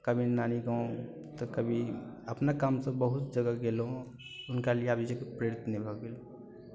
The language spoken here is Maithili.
कभी नानी गाम तऽ कभी अपना कामसँ बहुत जगह गेलहुँ हुनका लिए आब जे प्रेरित नहि भऽ गेल